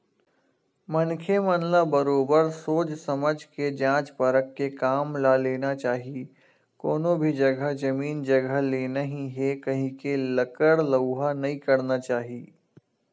मनखे मन ल बरोबर सोझ समझ के जाँच परख के काम ल लेना चाही कोनो भी जघा जमीन जघा लेना ही हे कहिके लकर लउहा नइ करना चाही